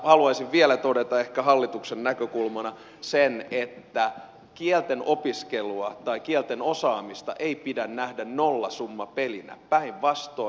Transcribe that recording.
haluaisin vielä todeta ehkä hallituksen näkökulmana sen että kielten opiskelua tai kielten osaamista ei pidä nähdä nollasummapelinä päinvastoin